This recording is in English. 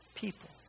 people